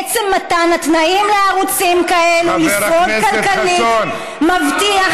עצם מתן התנאים לערוצים כאלה, הם היו נסגרים.